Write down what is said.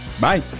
Bye